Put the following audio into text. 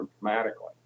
dramatically